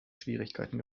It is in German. schwierigkeiten